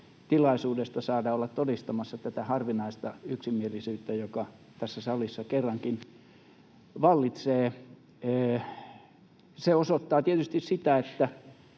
tilaisuudesta saada olla todistamassa tätä harvinaista yksimielisyyttä, joka salissa kerrankin vallitsee. Se osoittaa tietysti sitä, että